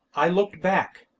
i looked back.